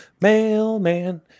mailman